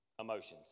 emotions